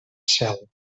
cel